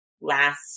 last